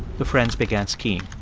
the friends began skiing